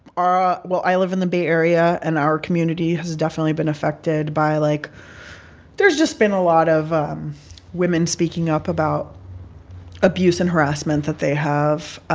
well, i live in the bay area. and our community has definitely been affected by, like there's just been a lot of women speaking up about abuse and harassment that they have